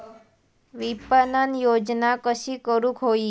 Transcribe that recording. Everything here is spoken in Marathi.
विपणन योजना कशी करुक होई?